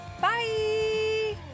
bye